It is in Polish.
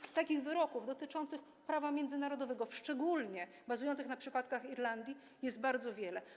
I takich wyroków dotyczących prawa międzynarodowego, szczególnie bazujących na przypadkach z Irlandii, jest bardzo wiele.